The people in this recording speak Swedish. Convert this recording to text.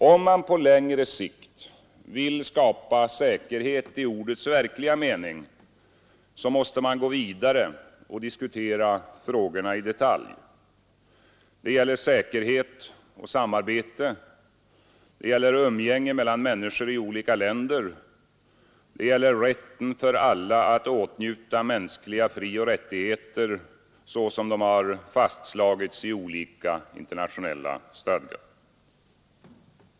Om man på längre sikt vill skapa säkerhet i ordets verkliga mening måste man gå vidare och diskutera frågorna i detalj — det gäller säkerhet och samarbete, det gäller umgänge mellan människor i olika länder, det gäller rätten för alla att åtnjuta mänskliga frioch rättigheter såsom de har fastslagits i olika internationella stadgar.